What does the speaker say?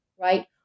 right